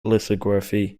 lithography